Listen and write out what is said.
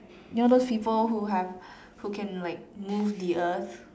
you know those people who have who can like move the earth